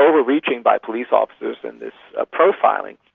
overreaching by police officers and this ah profiling,